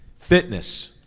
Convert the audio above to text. fitness,